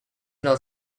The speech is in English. not